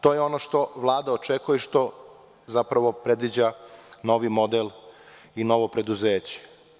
To je ono što Vlada očekuje, zapravo predviđa novi model i novo preduzeće.